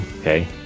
okay